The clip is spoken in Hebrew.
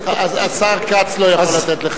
אז השר כץ לא יכול לתת לך,